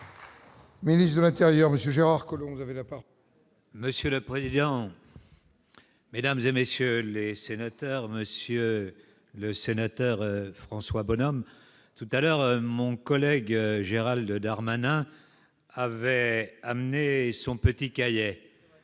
Monsieur le prion, mesdames et messieurs les sénateurs, monsieur le sénateur François Bonhomme tout à l'heure, mon collègue Gérald Darmanin avait amené son petit cahier,